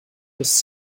his